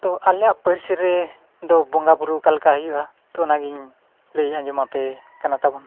ᱛᱚ ᱟᱞᱮᱭᱟᱜ ᱯᱟᱹᱨᱥᱤ ᱨᱮ ᱫᱚ ᱵᱚᱸᱜᱟᱼᱵᱩᱨᱩ ᱚᱠᱟ ᱞᱮᱠᱟ ᱦᱩᱭᱩᱜᱼᱟ ᱛᱳ ᱚᱱᱟᱜᱤᱧ ᱞᱟᱹᱭ ᱟᱸᱡᱚᱢ ᱟᱯᱮ ᱠᱟᱱᱟ ᱛᱟᱵᱚᱱ